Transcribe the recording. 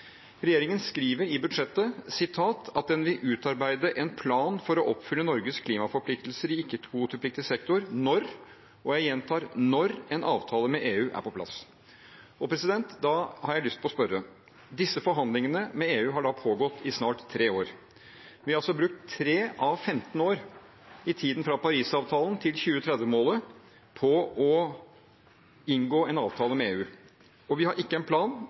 Regjeringen skriver i budsjettet at den vil utarbeide en plan for å oppfylle Norges klimaforpliktelser i ikke-kvotepliktig sektor når – og jeg gjentar «når» – en avtale med EU er på plass. Da har jeg lyst til å spørre: Disse forhandlingene med EU har pågått i snart tre år. Vi har altså brukt tre av femten år i tiden fra Parisavtalen til 2030-målet på å inngå en avtale med EU. Og vi har ikke en plan.